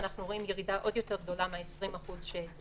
אנחנו בירידה עוד יותר גדולה מה-20% שציינו,